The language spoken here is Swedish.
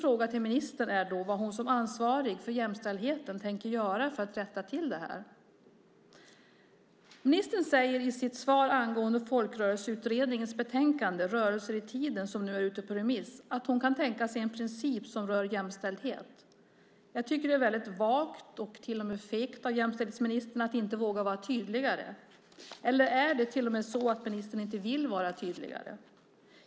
Vad avser ministern som ansvarig för jämställdheten att göra för att rätta till detta? Ministern sade i sitt svar angående Folkrörelseutredningens betänkande Rörelser i tiden , som nu är ute på remiss, att hon kan tänka sig en princip som rör jämställdhet. Det är vagt, till och med fegt, av jämställdhetsministern att inte våga vara tydligare. Är det så att ministern inte vill vara tydligare?